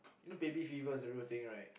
you know baby fever is a real thing right